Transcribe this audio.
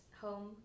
home